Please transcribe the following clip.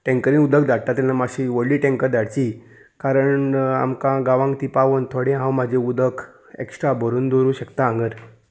टेंकरीनी उदक धाडटा तेन्ना मात्शी व्हडली टेंकर धाडची कारण आमकां गांवांक ती पावोन थोडे हांव म्हाजी उदक एक्स्ट्रा भरून दवरूंक शकता हांगर